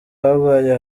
habaye